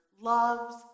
loves